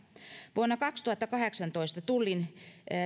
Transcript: vuonna kaksituhattakahdeksantoista tullin